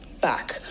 back